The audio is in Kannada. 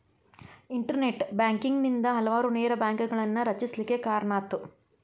ಇನ್ಟರ್ನೆಟ್ ಬ್ಯಾಂಕಿಂಗ್ ನಿಂದಾ ಹಲವಾರು ನೇರ ಬ್ಯಾಂಕ್ಗಳನ್ನ ರಚಿಸ್ಲಿಕ್ಕೆ ಕಾರಣಾತು